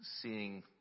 seeing